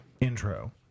intro